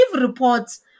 reports